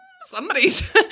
somebody's